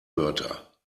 wörter